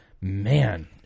Man